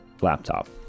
laptop